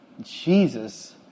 Jesus